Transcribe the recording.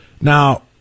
Now